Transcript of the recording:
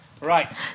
Right